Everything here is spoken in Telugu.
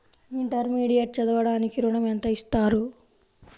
ఇంటర్మీడియట్ చదవడానికి ఋణం ఎంత ఇస్తారు?